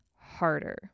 harder